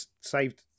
saved